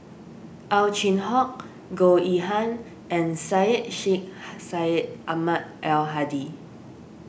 Ow Chin Hock Goh Yihan and Syed Sheikh Syed Ahmad Al Hadi